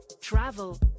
travel